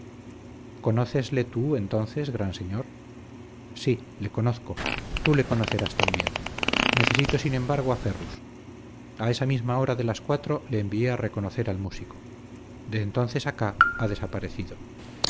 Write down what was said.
conócesle tú entonces gran señor sí le conozco tú le conocerás también necesito sin embargo a ferrus a esa misma hora de las cuatro le envié a reconocer al músico de entonces acá ha desaparecido